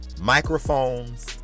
Microphones